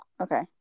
okay